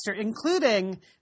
including